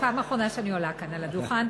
אז זהו, פעם אחרונה שאני עולה כאן על הדוכן.